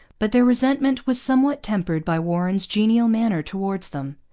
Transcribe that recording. but their resentment was somewhat tempered by warren's genial manner towards them.